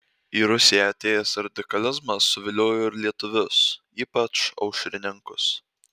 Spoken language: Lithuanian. į rusiją atėjęs radikalizmas suviliojo ir lietuvius ypač aušrininkus